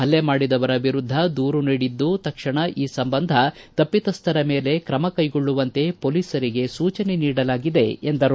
ಹಲ್ಲೆ ಮಾಡಿದವರ ವಿರುದ್ದ ದೂರು ನೀಡಿದ್ದು ತಕ್ಷಣ ಈ ಸಂಬಂಧ ತಪ್ಪಿತಸ್ಥರ ಮೇಲೆ ಕ್ರಮ ಕೈಗೊಳ್ಳುವಂತೆ ಪೊಲೀಸರಿಗೆ ಸೂಚನೆ ನೀಡಲಾಗಿದೆ ಎಂದರು